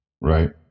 right